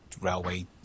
railway